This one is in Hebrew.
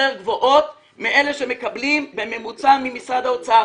גבוהות מאלה שמקבלים בממוצע ממשרד האוצר.